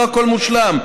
לא הכול מושלם,